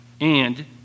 And